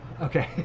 Okay